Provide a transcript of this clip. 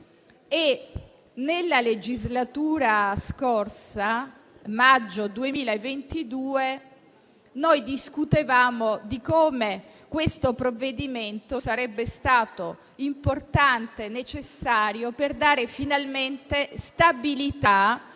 Nella legislatura scorsa, nel maggio 2022, noi discutevamo di come questo provvedimento sarebbe stato importante e necessario per dare finalmente stabilità